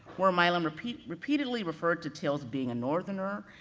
where milam repeatedly repeatedly referred to till's being a northerner,